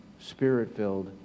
spirit-filled